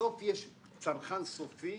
בסוף, יש צרכן סופי